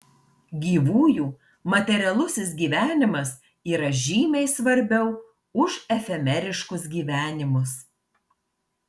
gyvųjų materialusis gyvenimas yra žymiai svarbiau už efemeriškus gyvenimus